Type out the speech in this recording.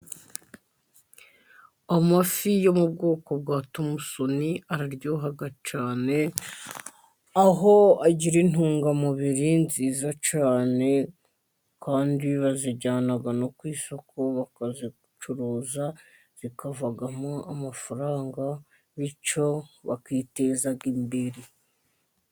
Amafi yo mu bwoko bwa tomusoni araryoha cyane, aho agira intungamubiri nziza cyane kandi bazijyana no ku isoko bakazicuruza, zikavugamo amafaranga bityo bakiteza imbereri.